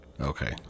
okay